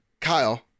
Kyle